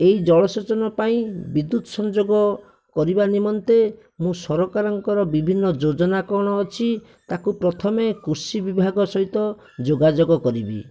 ଏହି ଜଳସେଚନ ପାଇଁ ବିଦ୍ୟୁତ ସଂଯୋଗ କରିବା ନିମନ୍ତେ ମୁଁ ସରକାରଙ୍କର ବିଭିନ୍ନ ଯୋଜନା କଣ ଅଛି ତାକୁ ପ୍ରଥମେ କୃଷି ବିଭାଗ ସହିତ ଯୋଗାଯୋଗ କରିବି